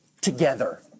together